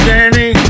Danny